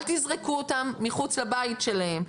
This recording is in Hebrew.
אל תזרקו אותם מחוץ לבית שלהם,